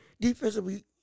defensively